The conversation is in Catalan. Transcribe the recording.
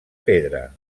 pedra